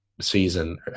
season